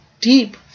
deep